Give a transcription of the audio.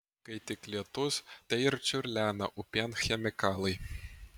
kai tik lietus tai ir čiurlena upėn chemikalai